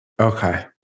okay